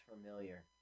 familiar